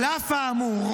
על אף האמור,